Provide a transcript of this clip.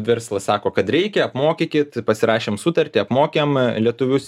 verslas sako kad reikia apmokykit pasirašėm sutartį apmokėm lietuvius